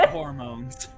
hormones